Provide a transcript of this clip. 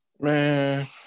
Man